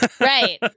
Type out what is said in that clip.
right